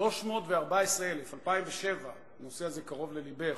314,000, ב-2007, הנושא הזה קרוב ללבך,